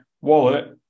wallet